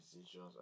decisions